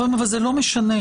זה לא משנה.